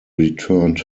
returned